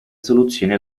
soluzioni